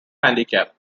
handicap